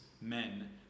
men